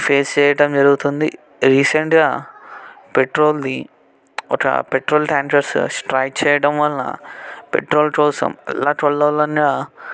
face చేయటం జరుగుతుంది రీసెంట్గా పెట్రోల్ని ఒక పెట్రోల్ ట్యాంకర్స్ స్ట్రైక్ చేయడం వలన పెట్రోల్ కోసం అల్లకల్లోలంగా